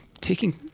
taking